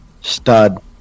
stud